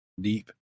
deep